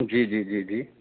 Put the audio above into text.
جی جی جی جی